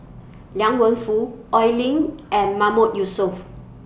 Liang Wenfu Oi Lin and Mahmood Yusof